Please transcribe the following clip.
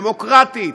דמוקרטית,